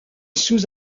sous